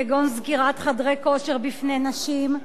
כגון סגירת חדרי כושר בפני נשים,